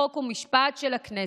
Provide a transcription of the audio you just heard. חוק ומשפט של הכנסת.